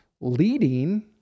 leading